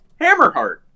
Hammerheart